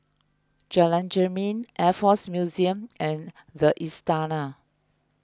Jalan Jermin Air force Museum and the Istana